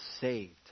saved